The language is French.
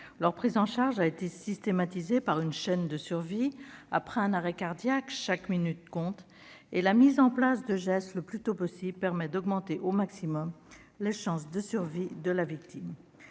Leur prise en charge a été systématisée par une chaîne de survie. Après un arrêt cardiaque, chaque minute compte et la réalisation de gestes le plus tôt possible permet d'augmenter au maximum les chances de survie de la victime.